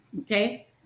Okay